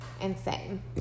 Insane